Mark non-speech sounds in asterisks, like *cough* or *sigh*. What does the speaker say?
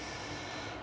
*breath*